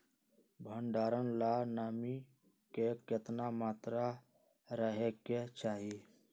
भंडारण ला नामी के केतना मात्रा राहेके चाही?